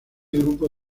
grupo